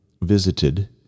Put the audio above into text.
visited